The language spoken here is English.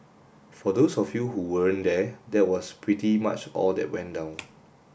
for those of you who weren't there that was pretty much all that went down